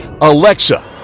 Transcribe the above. Alexa